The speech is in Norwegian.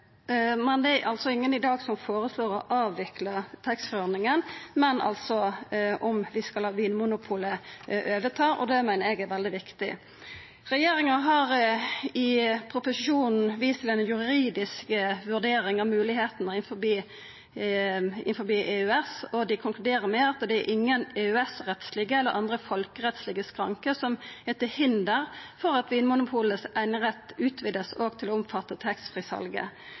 Det er ingen i dag som foreslår å avvikla taxfree-ordninga, men om vi skal la Vinmonopolet overta. Det meiner eg er veldig viktig. Regjeringa har i proposisjonen vist til ei juridisk vurdering av om det er mogleg innanfor EØS og konkluderer med at det «mest sannsynlig ikke er EØS-rettslige eller andre folkerettslige skranker til hinder for at Vinmonopolets enerett utvides til å omfatte